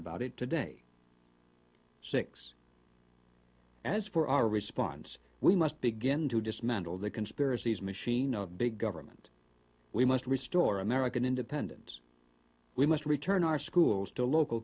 about it today six as for our response we must begin to dismantle the conspiracies machine big government we must restore american independence we must return our schools to local